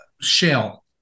shell